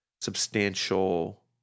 substantial